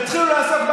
אתה לא חייב להיכנס.